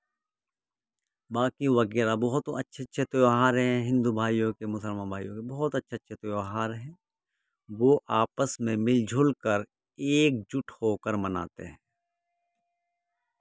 باقی وغیرہ بہت اچھے اچھے تہوار ہیں ہندو بھائیوں کے مسلمان بھائیوں کے بہت اچھے اچھے تہوار ہیں وہ آپس میں مل جل کر ایکجٹ ہو کر مناتے ہیں